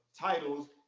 titles